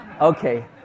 Okay